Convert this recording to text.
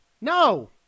No